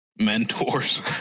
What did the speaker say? mentors